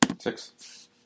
Six